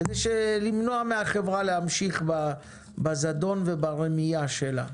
כדי למנוע מן החברה להמשיך בזדון וברמייה שלה.